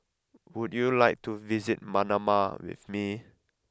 would you like to visit Manama with me